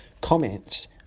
comments